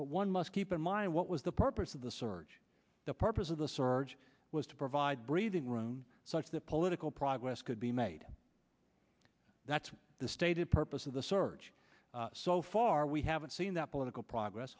but one must keep in mind what was the purpose of the surge the purpose of the surge was to provide breathing room such that political progress could be made that's the stated purpose of the surge so far we haven't seen that political progress